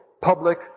public